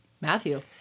Matthew